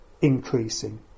increasing